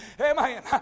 Amen